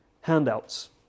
handouts